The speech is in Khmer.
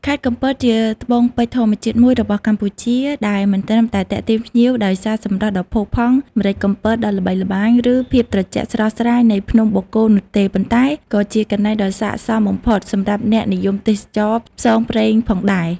ខេត្តកំពតជាត្បូងពេជ្រធម្មជាតិមួយរបស់កម្ពុជា ដែលមិនត្រឹមតែទាក់ទាញភ្ញៀវដោយសារសម្រស់ដ៏ផូរផង់ ម្រេចកំពតដ៏ល្បីល្បាញ ឬភាពត្រជាក់ស្រស់ស្រាយនៃភ្នំបូកគោនោះទេ ប៉ុន្តែក៏ជាកន្លែងដ៏ស័ក្ដិសមបំផុតសម្រាប់អ្នកនិយមទេសចរណ៍ផ្សងព្រេងផងដែរ។